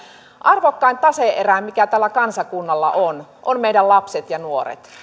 arvokkain tase erä mikä tällä kansakunnalla on on meidän lapset ja nuoret